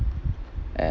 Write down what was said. and